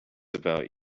about